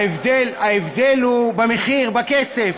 ההבדל הוא במחיר, בכסף.